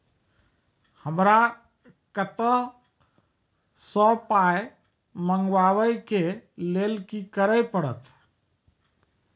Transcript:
हमरा कतौ सअ पाय मंगावै कऽ लेल की करे पड़त?